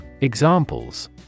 Examples